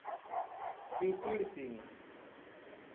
ᱴᱤᱴᱤᱲᱥᱤᱝ